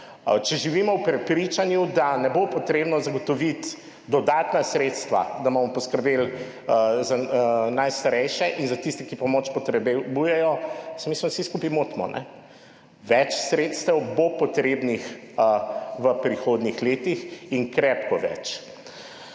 Če živimo v prepričanju, da ne bo potrebno zagotoviti dodatna sredstva, da bomo poskrbeli za najstarejše in za tiste, ki pomoč potrebujejo, se mislim, da vsi skupaj motimo. Več sredstev bo potrebnih v prihodnjih letih in krepko več.